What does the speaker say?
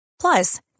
Plus